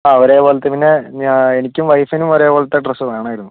ആ ഒരേപോലത്തെ പിന്നെ എനിക്കും വൈഫിനും ഒരേപോലത്തെ ഡ്രസ്സ് വേണമായിരുന്നു